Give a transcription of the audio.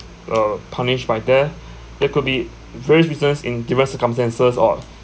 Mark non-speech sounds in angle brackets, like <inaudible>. uh punished by death <breath> there could be various reasons in different circumstances or